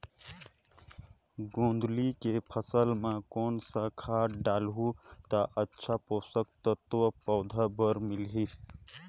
जोंदरी के फसल मां कोन सा खाद डालहु ता अच्छा पोषक तत्व पौध बार मिलही?